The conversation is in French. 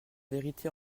vérité